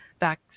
back